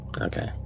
Okay